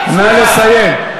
נא לסיים.